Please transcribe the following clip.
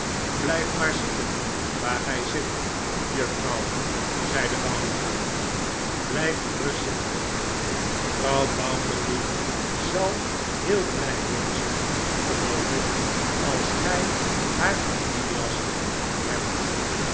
blijf maar zitten waar gij zit juffrouw zeide bounderby blijf gerust zitten mevrouw bounderby zal heel blij wezen geloof ik als gij haar van dien last